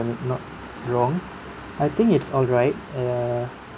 not wrong I think it's alright err